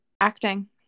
Acting